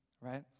right